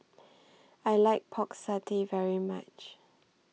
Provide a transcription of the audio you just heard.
I like Pork Satay very much